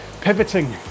pivoting